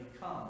come